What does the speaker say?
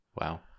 Wow